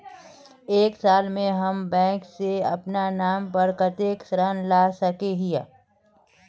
एक साल में हम बैंक से अपना नाम पर कते ऋण ला सके हिय?